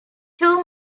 two